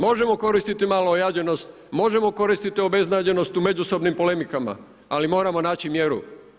Možemo koristiti malo ojađenost, možemo koristiti obeznađenost u međusobnim polemikama, ali moramo naći mjeru.